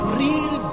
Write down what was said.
real